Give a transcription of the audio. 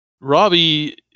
Robbie